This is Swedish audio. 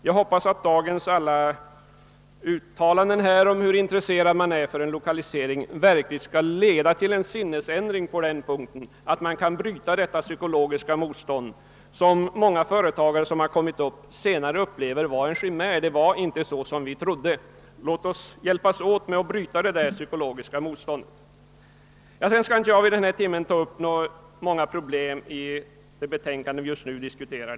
Jag hoppas att alla uttalanden om hur intresserad man är av lokalisering till Norrland verkligen skall leda till att man kan bryta detta psykologiska motstånd, som många företagare som etablerat sig i Norrland fått uppleva vara en chimär. Det var inte så som man trodde. Låt oss därför medverka till att bryta detta psykologiska motstånd. Jag skall inte vid denna sena timme ta upp några problem i det utlåtande vi just nu diskuterar.